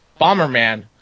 Bomberman